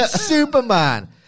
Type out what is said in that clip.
Superman